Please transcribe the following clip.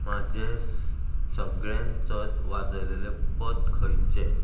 म्हाजें सगळ्यांत चड वाजयलेलें पद खंयचें